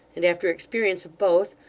and after experience of both,